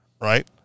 right